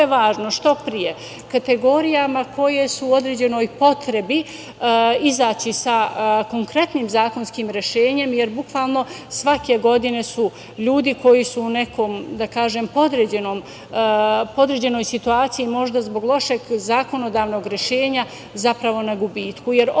jako je važno što pre kategorijama koje su u određenoj potrebi izaći sa konkretnim zakonskim rešenjem, jer bukvalno svake godine su ljudi koji su u nekoj podređenoj situaciji, možda zbog lošeg zakonodavnog rešenja, zapravo na gubitku,